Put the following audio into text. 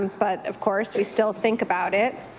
but of course we still think about it.